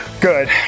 Good